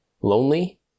lonely